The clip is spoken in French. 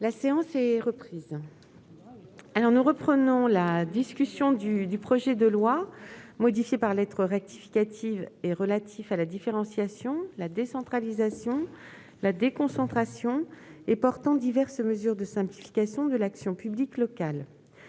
La séance est reprise. Nous reprenons l'examen du projet de loi, modifié par lettre rectificative, relatif à la différenciation, la décentralisation, la déconcentration et portant diverses mesures de simplification de l'action publique locale.